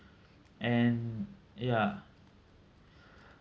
and ya